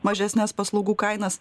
mažesnes paslaugų kainas